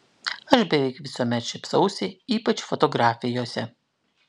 aš beveik visuomet šypsausi ypač fotografijose